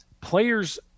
players